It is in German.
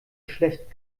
schlecht